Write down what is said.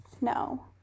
No